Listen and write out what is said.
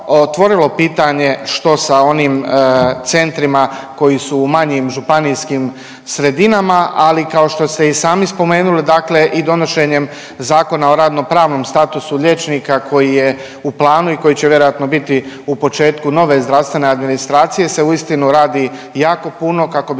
otvorilo pitanje što sa onim centrima koji su u manjim županijskim sredinama ali kao što ste i sami spomenuli dakle i donošenjem zakona o radno pravnom statusu liječnika koji je u planu i koji će vjerojatno biti u početku nove zdravstvene administracije se uistinu radi jako puno, kako bi